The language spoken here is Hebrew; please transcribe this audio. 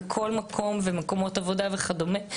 וכל מקום ומקומות עבודה וכדומה,